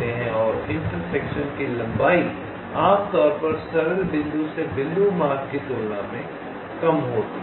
हैं और इंटरकनेक्शन की लंबाई आमतौर पर सरल बिंदु से बिंदु मार्ग की तुलना में कम होती है